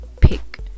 pick